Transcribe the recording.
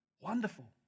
Wonderful